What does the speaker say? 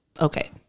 okay